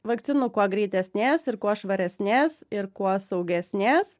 vakcinų kuo greitesnės ir kuo švaresnės ir kuo saugesnės